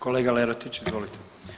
Kolega Lerotić, izvolite.